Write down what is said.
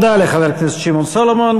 תודה לחבר הכנסת שמעון סולומון.